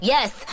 Yes